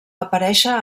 aparèixer